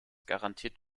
garantiert